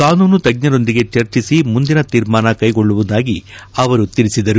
ಕಾನೂನು ತಜ್ಜರೊಂದಿಗೆ ಚರ್ಚಿಸಿ ಮುಂದಿನ ತೀರ್ಮಾನ ಕೈಗೊಳ್ಳುವುದಾಗಿ ಅವರು ತಿಳಿಸಿದರು